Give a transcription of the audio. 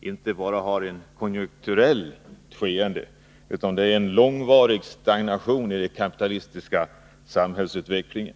inte bara är av konjunkturell art. Det är fråga om en långvarig stagnation i den kapitalistiska samhällsutvecklingen.